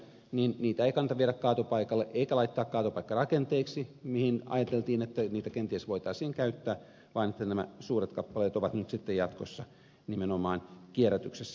niitä ei kannata viedä kaatopaikalle eikä laittaa kaatopaikkarakenteeksi mihin ajateltiin että niitä kenties voitaisiin käyttää vaan nämä suuret kappaleet ovat nyt sitten jatkossa nimenomaan kierrätyksessä